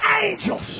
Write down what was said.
Angels